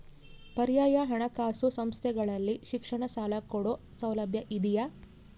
ಪರ್ಯಾಯ ಹಣಕಾಸು ಸಂಸ್ಥೆಗಳಲ್ಲಿ ಶಿಕ್ಷಣ ಸಾಲ ಕೊಡೋ ಸೌಲಭ್ಯ ಇದಿಯಾ?